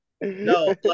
No